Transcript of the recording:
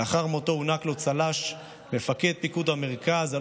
לאחר מותו הוענק לו צל"ש מפקד פיקוד המרכז על